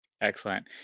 Excellent